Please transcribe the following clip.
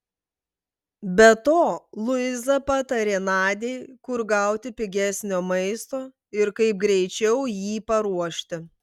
be to luiza patarė nadiai kur gauti pigesnio maisto ir kaip greičiau jį paruošti